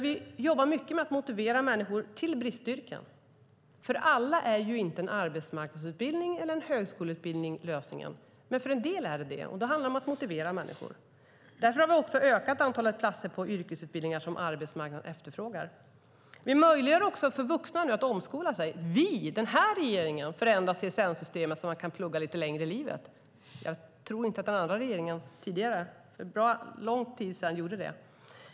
Vi jobbar mycket med att motivera människor till bristyrken. För alla är inte en arbetsmarknadsutbildning eller en högskoleutbildning lösningen, men för en del är det så. Det handlar om att motivera människor. Därför har vi ökat antalet platser på yrkesutbildningar som arbetsmarknaden efterfrågar. Vi möjliggör också för vuxna att omskola sig. Vi - den här regeringen - har förändrat CSN-systemet så att man kan studera lite längre i livet. Det tror jag inte att den tidigare regeringen - för lång tid sedan - gjorde.